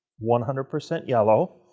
one hundred percent yellow,